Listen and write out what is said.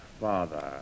father